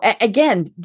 again